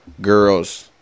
girl's